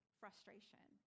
frustration